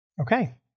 okay